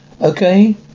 Okay